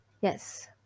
Yes